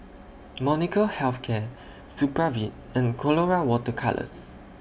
Molnylcke Health Care Supravit and Colora Water Colours